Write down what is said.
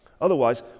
Otherwise